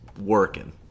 working